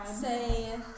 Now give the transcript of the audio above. say